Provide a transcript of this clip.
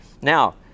Now